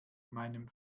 meinem